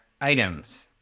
items